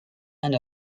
and